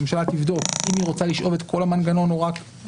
הממשלה תבדוק אם היא רוצה לשאוב את כל המנגנון או רק